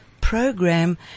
Program